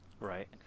right